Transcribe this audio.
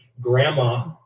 Grandma